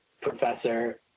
professor